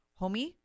homie